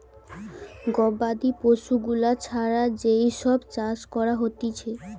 গবাদি পশু গুলা ছাড়া যেই সব চাষ করা হতিছে